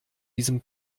diesem